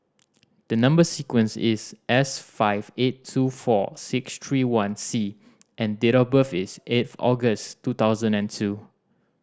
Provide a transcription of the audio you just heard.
the number sequence is S five eight two four six three one C and date of birth is eighth August two thousand and two